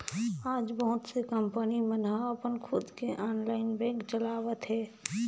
आज बहुत से कंपनी मन ह अपन खुद के ऑनलाईन बेंक चलावत हे